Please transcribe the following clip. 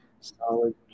Solid